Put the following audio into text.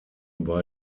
bei